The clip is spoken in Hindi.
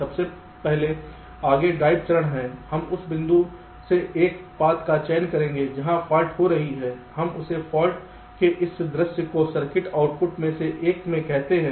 सबसे पहले आगे ड्राइव चरण है हम उस बिंदु से एक पाथ का चयन करेंगे जहां फाल्ट हो रही है हम इसे फाल्ट के इस दृश्य को सर्किट आउटपुट में से एक में कहते हैं